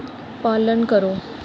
पालन करो